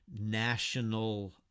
national